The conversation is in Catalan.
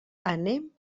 anem